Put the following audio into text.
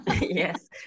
Yes